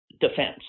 defense